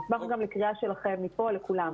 נשמח לקריאה שלכם מפה לכולם,